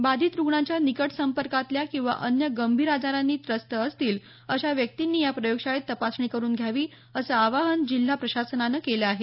बाधित रुग्णाच्या निकट संपर्कातल्या किंवा अन्य गंभीर आजारांनी त्रस्त असतील व्यक्तींनी या प्रयोगशाळेत तपासणी करून घ्यावी असं आवाहन जिल्हा प्रशासनानं केलं आहे